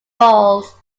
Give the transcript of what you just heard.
falls